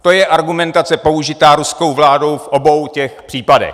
To je argumentace použitá ruskou vládou v obou těch případech.